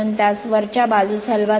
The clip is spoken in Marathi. म्हणून त्यास वरच्या बाजूस हलवा